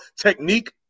technique